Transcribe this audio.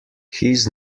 his